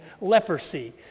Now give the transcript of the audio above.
leprosy